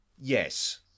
Yes